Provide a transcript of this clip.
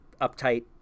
Uptight